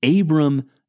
Abram